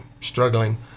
struggling